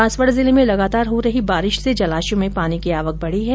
बांसवाड़ा जिले में लगातार हो रही बारिश से जलाशयों में पानी की आवक बढ़ी है